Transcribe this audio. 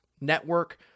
network